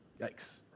Yikes